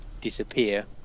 disappear